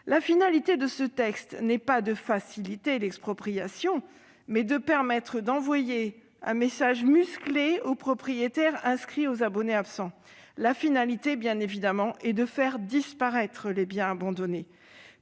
La finalité de ce texte n'est pas de faciliter l'expropriation, mais de permettre d'envoyer un message musclé aux propriétaires inscrits aux abonnés absents. La finalité est bien de faire disparaître les biens abandonnés